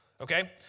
Okay